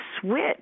switch